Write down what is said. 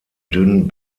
dünn